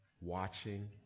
watching